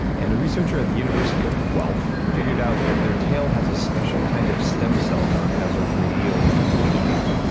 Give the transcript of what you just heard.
and a researcher at the university of guelph figured out that their tail has a special kind of stem cell known as a radial glia.